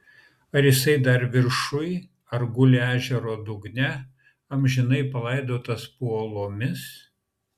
ar jisai dar viršuj ar guli ežero dugne amžinai palaidotas po uolomis